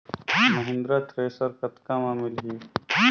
Mahindra thresher कतका म मिलही?